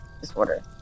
disorder